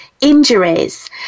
injuries